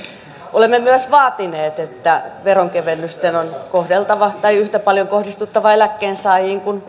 olemme myös vaatineet että veronkevennysten on yhtä paljon kohdistuttava eläkkeensaajiin kuin